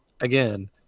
again